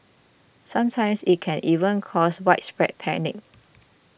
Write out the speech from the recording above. sometimes it can even cause widespread panic